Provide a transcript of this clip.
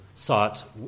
sought